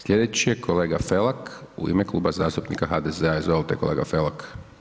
Sljedeći je kolega Felak u ime Kluba zastupnika HDZ-a. izvolite kolega Felak.